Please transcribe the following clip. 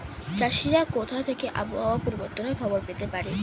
চাষিরা কোথা থেকে আবহাওয়া পরিবর্তনের খবর পেতে পারে?